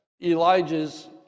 Elijah's